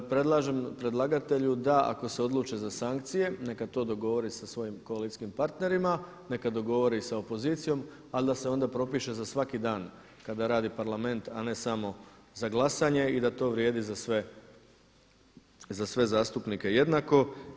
Predlažem predlagatelju da ako se odluče za sankcije neka to dogovori sa svojim koalicijskim partnerima, neka dogovori sa opozicijom, ali da se onda propiše za svaki dan kada radi Parlament a ne samo za glasanje i da to vrijedi za sve zastupnike jednako.